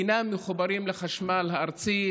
אינם מחוברים לחשמל הארצי,